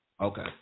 Okay